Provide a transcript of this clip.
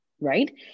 right